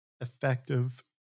effective